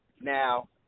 Now